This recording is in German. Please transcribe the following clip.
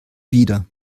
wieder